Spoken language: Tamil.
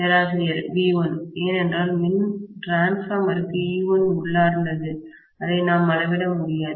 பேராசிரியர்V1 ஏனென்றால் மின்மாற்றிக்குடிரான்ஸ்பார்மர்க்கு E1 உள்ளார்ந்தது அதை நாம் அளவிட முடியாது